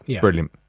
Brilliant